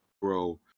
Bro